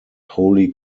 holy